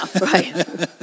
right